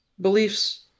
beliefs